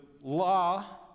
law